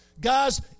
Guys